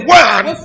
one